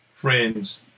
friends